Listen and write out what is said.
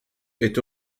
est